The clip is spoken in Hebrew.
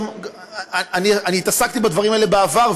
גם אני התעסקתי בדברים האלה בעבר,